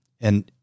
And-